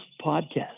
podcast